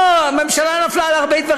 לא, ממשלה נפלה על הרבה דברים.